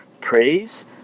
praise